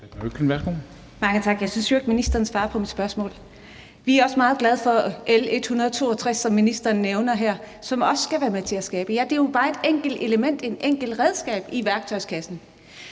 Mange tak. Jeg synes jo ikke, at ministeren svarede på mit spørgsmål. Vi er også meget glade for L 162, som ministeren nævner her, og som også skal være med til at skabe tryghed. Det er jo bare et enkelt element, et enkelt redskab i værktøjskassen.